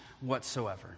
whatsoever